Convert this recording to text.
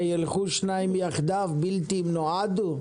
ילכו שניים יחדיו בלתי נועדו?